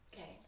okay